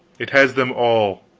it has them all!